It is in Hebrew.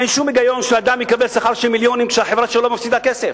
אין שום היגיון שאדם יקבל שכר של מיליונים כשהחברה שלו מפסידה כסף,